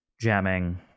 jamming